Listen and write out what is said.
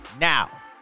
now